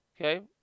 Okay